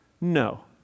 No